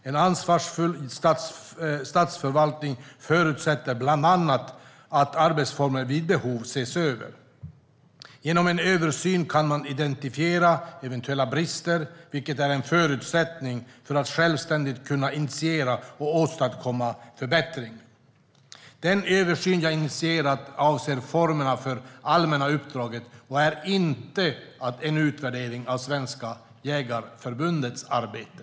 En ansvarsfull statsförvaltning förutsätter bland annat att arbetsformer vid behov ses över. Genom en översyn kan man identifiera eventuella brister, vilket är en förutsättning för att självständigt kunna initiera och åstadkomma förbättringar. Den översyn jag har initierat avser formerna för det allmänna uppdraget och är inte en utvärdering av Svenska Jägareförbundets arbete.